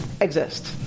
exist